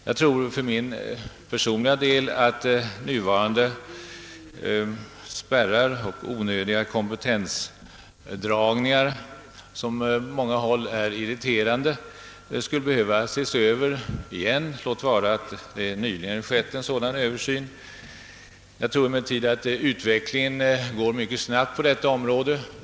Jag tror för min del att nuvarande spärrar och onödiga gränsdragningar för kompetensen, vilka på många håll är irriterande, skulle behöva ses över, låt vara att det ganska nyligen gjorts en sådan översyn. Utvecklingen går emellertid snabbt på detta område.